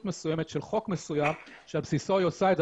מסוימת של חוק מסוים שעל בסיסו היא עושה את זה.